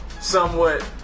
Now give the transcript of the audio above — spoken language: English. Somewhat